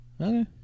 Okay